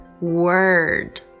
word